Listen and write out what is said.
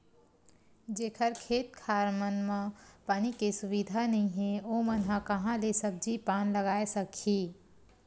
जेखर खेत खार मन म पानी के सुबिधा नइ हे ओमन ह काँहा ले सब्जी पान लगाए सकही